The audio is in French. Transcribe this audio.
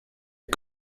est